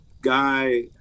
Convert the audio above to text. guy